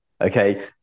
Okay